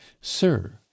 Sir